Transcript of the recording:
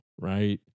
right